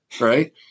Right